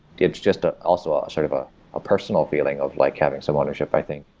it's just ah also ah sort of ah a personal feeling of like having some ownership, i think,